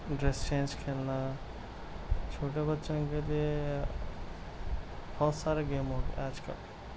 dress change کھیلنا چھوٹے بچوں کے لئے بہت سارے گیم ہوتے آج کل